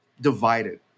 divided